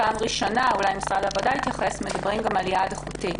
שפעם ראשונה מדבר גם על יעד איכותי,